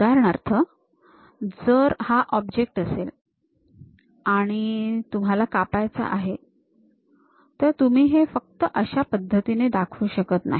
उदाहरणार्थ जर हा ऑब्जेक्ट असेल आणि तुम्हाला कापायचा आहे तर तुम्ही हे फक्त अशा पद्धतीने दाखवू शकत नाही